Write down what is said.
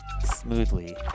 smoothly